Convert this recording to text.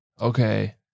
Okay